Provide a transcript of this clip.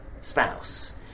spouse